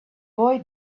boy